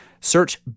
Search